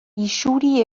isuri